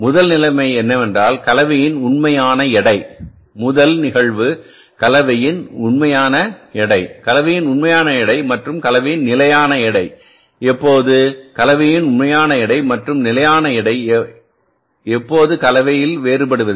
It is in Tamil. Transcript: முதல் நிலைமை என்னவென்றால் கலவையின் உண்மையான எடை முதல் நிகழ்வு கலவையின் உண்மையான எடை கலவையின் உண்மையான எடை மற்றும் கலவையின் நிலையான எடை எப்போது கலவையின் உண்மையான எடை மற்றும் நிலையான எடை எப்போது கலவை வேறுபடுவதில்லை